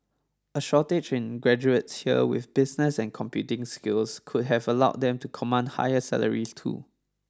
a shortage in graduates here with business and computing skills could have allowed them to command higher salaries too